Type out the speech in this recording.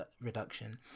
reduction